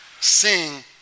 sing